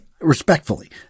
respectfully